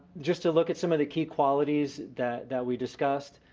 just to look at some of the key qualities that that we discussed.